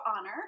honor